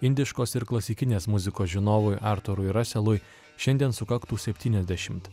indiškos ir klasikinės muzikos žinovui artūrui raselui šiandien sukaktų septyniasdešimt